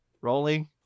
Rolling